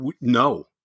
no